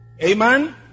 Amen